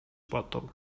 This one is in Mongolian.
бодов